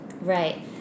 Right